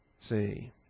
See